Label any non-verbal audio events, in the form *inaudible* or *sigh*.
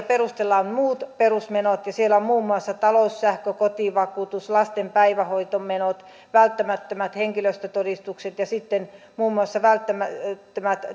*unintelligible* perustellaan muut perusmenot ja siellä on muun muassa taloussähkö kotivakuutus lasten päivähoitomenot välttämättömät henkilötodistukset ja sitten muun muassa välttämättömät *unintelligible*